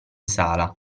sala